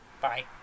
Bye